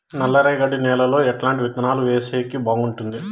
నల్లరేగడి నేలలో ఎట్లాంటి విత్తనాలు వేసేకి బాగుంటుంది?